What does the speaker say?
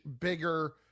bigger